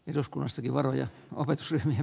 eduskunnastakin varoja opetusryhmien